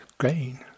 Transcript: gain